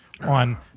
on